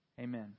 Amen